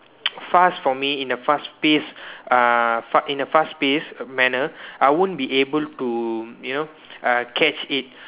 fast for me in a fast pace uh in a fast paced manner I wouldn't be able to you know uh catch it